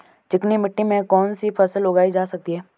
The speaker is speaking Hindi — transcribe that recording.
चिकनी मिट्टी में कौन सी फसल उगाई जा सकती है?